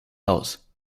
haus